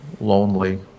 lonely